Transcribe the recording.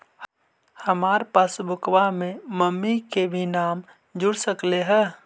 हमार पासबुकवा में मम्मी के भी नाम जुर सकलेहा?